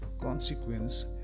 consequence